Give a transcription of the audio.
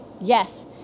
Yes